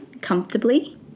comfortably